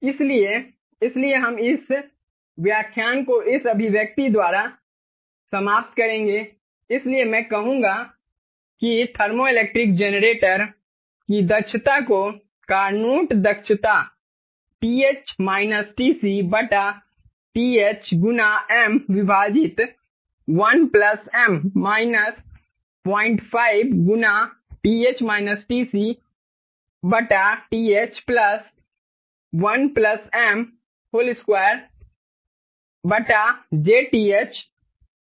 इसलिए इसलिए हम इस व्याख्यान को इस अभिव्यक्ति द्वारा समाप्त करेंगे इसलिए मैं कहूंगा कि थर्मोइलेक्ट्रिक जनरेटर की दक्षता को कार्नोट दक्षता TH गुना m विभाजित 1 m - 05 TH 1m2 ZTH किया गया है